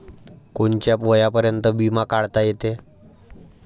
कोनच्या वयापर्यंत बिमा काढता येते?